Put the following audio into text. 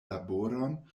laboron